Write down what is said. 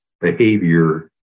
behavior